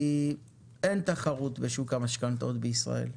כי אין תחרות בשוק המשכנתאות בישראל.